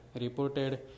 reported